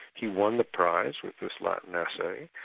he won the prize with this latin essay.